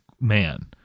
man